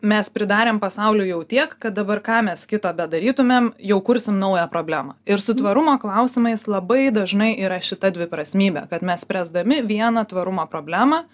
mes pridarėm pasauliui jau tiek kad dabar ką mes kito bedarytumėm jau kursim naują problemą ir su tvarumo klausimais labai dažnai yra šita dviprasmybė kad mes spręsdami vieną tvarumo problemą